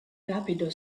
rapido